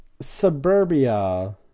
suburbia